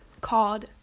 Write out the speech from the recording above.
called